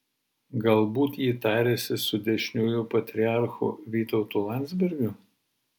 galbūt ji tariasi su dešiniųjų patriarchu vytautu landsbergiu